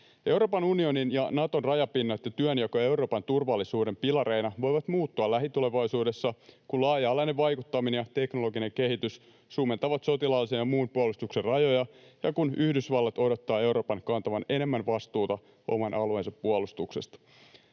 Euroopan unionin ja Naton rajapinnat ja työnjako Euroopan turvallisuuden pilareina voivat muuttua lähitulevaisuudessa, kun laaja-alainen vaikuttaminen ja teknologinen kehitys sumentavat sotilaallisen ja muun puolustuksen rajoja ja kun Yhdysvallat odottaa Euroopan kantavan enemmän vastuuta oman alueensa puolustuksesta.